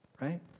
Right